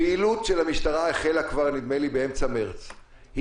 הפעילות של המשטרה החלה כבר באמצע מרץ,